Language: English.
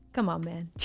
come on, man.